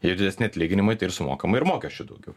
ir didesni atlyginimai tai ir sumokama ir mokesčių daugiau